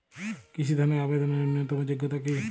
কৃষি ধনের আবেদনের ন্যূনতম যোগ্যতা কী?